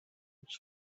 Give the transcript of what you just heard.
its